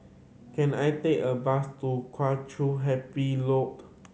can I take a bus to Kheng Chiu Happy Lodge